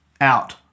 out